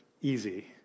easy